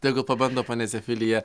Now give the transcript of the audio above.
tegu pabando ponia sefilija